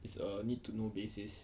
it's a need to know basis